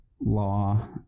law